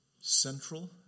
Central